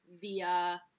via